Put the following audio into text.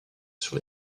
sur